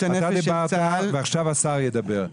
ועכשיו השר ידבר.